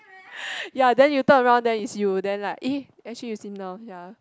ya then you turn around then it's you then like eh actually you slim down ya